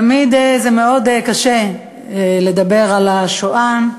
תמיד קשה מאוד לדבר על השואה.